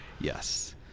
yes